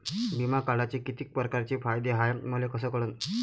बिमा काढाचे कितीक परकारचे फायदे हाय मले कस कळन?